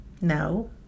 No